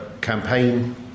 campaign